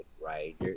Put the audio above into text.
right